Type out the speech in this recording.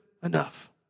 Enough